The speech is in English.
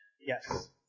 Yes